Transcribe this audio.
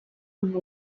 amb